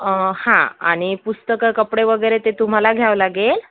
अं हां आणि पुस्तकं कपडे वगैरे ते तुम्हाला घ्यावं लागेल